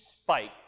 spike